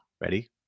Ready